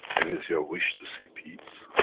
if it's your wish to see peace,